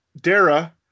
Dara